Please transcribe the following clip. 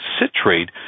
citrate